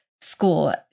score